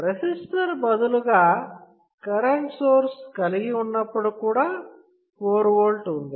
resistor బదులుగా current source కలిగి ఉన్నప్పుడు కూడా 4V ఉంది